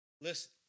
Listen